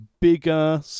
bigger